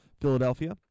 Philadelphia